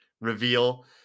reveal